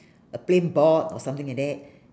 a plain board or something like that